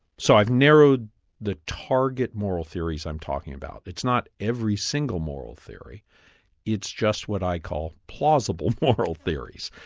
so i've narrowed the target moral theories i'm talking about. it's not every single moral theory it's just what i call plausible moral theories,